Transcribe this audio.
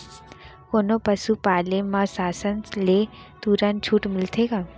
कोनो पसु पाले म शासन ले तुरंत छूट मिलथे का?